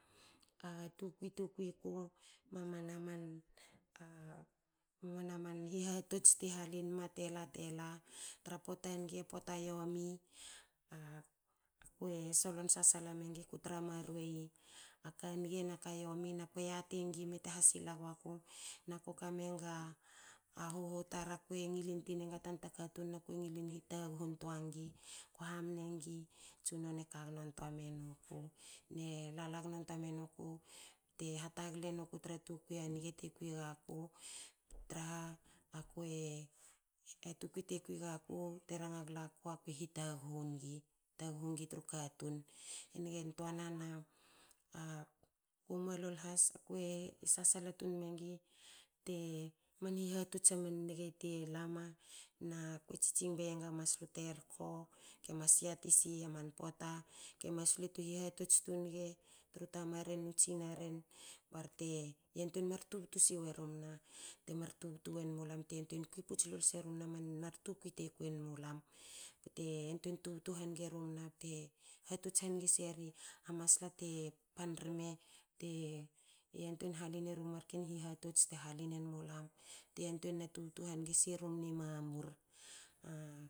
A tukui tu kui ku. mamana man hihatots ti halinma tela tela tra pota nge pota yomi. akue solon sasala mengi. aku tra maruei a ka nge na ka yomi na kue yati ngi mete ha sila guaku nako ka menga. a huhu tar, akue ngilin tui enga tanta katun na kue ngilin hitaghu ntuangi. Koe hamna ngi tsunono ka ngo ntua me nuku. Ne lala gno ntua menuku. t hatagle nuku tra tukwi te kui o nge te ki gaku traha akue a tukui te kwi gaku. te ranga glaku. akue hitaghu ngi. taghu ngi tru katun. E nge tuana na a ku moalol has. a kue sasala tun mengi te. man hihatots a man nge te lama na ko tsitsing bei enga maslu terko kemas yati si aman poata. kemas lui u hihatots u nge tru tamaren nu tsinaren ba rorte yantuein tubtu werumna temar. mar tukui te lawen mulam bte yantuein tubtu hange rumna bte hatots hange seri a masla te pan rme te yantuein na tubtu hange siru mna i mamur.